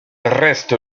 reste